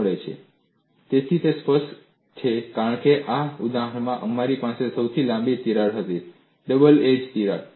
મળે છે તેથી તે સ્પષ્ટ છે કારણ કે આ ઉદાહરણમાં અમારી પાસે સૌથી લાંબી તિરાડ હતી ડબલ એજ તિરાડ